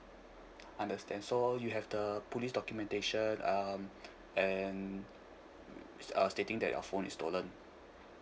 understand so you have the police documentation um and uh stating that your phone is stolen